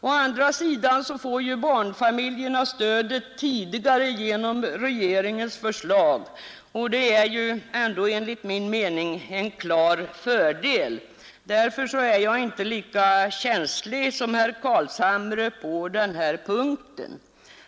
Å andra sidan får ju barnfamiljerna stödet tidigare genom regeringens förslag, och det är enligt min mening en klar fördel. Därför är jag inte lika känslig som herr Carlshamre på den här punkten.